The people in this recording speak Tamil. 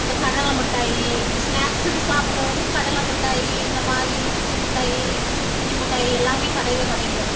இந்த கடலை மிட்டாயி ஸ்நாக்ஸுக்கு சாப்பிட்றது வந்து கடலை மிட்டாயி இந்த மாதிரி சுக்கு மிட்டாயி இஞ்சி மிட்டாயி எல்லாமே கடையில் கிடைக்கும்